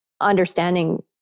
understanding